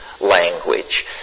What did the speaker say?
language